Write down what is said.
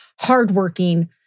hardworking